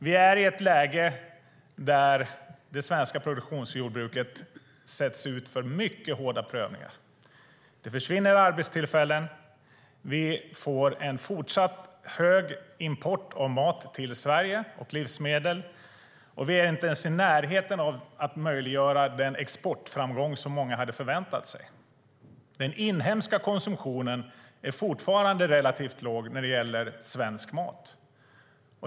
Vi är i ett läge där det svenska produktionsjordbruket utsätts för mycket hårda prövningar. Arbetstillfällen försvinner, vi får en fortsatt hög import av mat och livsmedel till Sverige och vi är inte ens i närheten av att möjliggöra den exportframgång många hade förväntat sig. Den inhemska konsumtionen är fortfarande relativt låg när det gäller svensk mat.